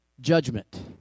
judgment